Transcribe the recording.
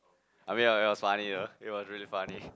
I mean it was it was funny though it was really funny